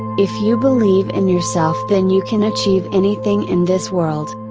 if you believe in yourself then you can achieve anything in this world.